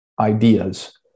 ideas